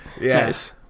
Yes